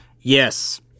Yes